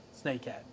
snakehead